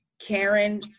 Karen